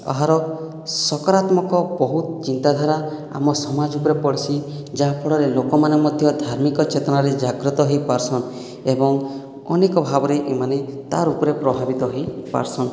ଏହାର ସକରାତ୍ମକ ବହୁତ ଚିନ୍ତାଧାରା ଆମ ସମାଜ ଉପରେ ପଡ଼୍ସି ଯାହାଫଳରେ ଲୋକମାନେ ମଧ୍ୟ ଧାର୍ମିକ ଚେତନାରେ ଜାଗ୍ରତ ହୋଇପାର୍ସନ୍ ଏବଂ ଅନେକ ଭାବରେ ଏମାନେ ତାହାର ଉପରେ ପ୍ରଭାବିତ ହୋଇପାର୍ସନ୍